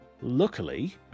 Luckily